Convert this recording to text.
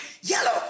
yellow